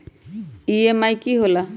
EMI की होला?